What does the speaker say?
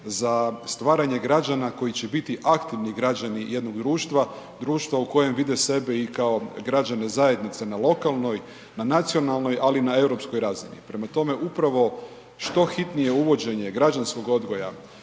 za stvaranje građana koji će biti aktivni građani jednog društva, društva u kojem vide sebe i kao građane zajednice na lokalnoj, na nacionalnoj ali i na europskoj razini. Prema tome, upravo što hitnije uvođenje građanskog odgoja